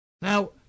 Now